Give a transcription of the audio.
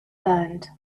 learned